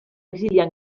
exiliar